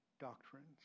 doctrines